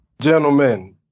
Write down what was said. Gentlemen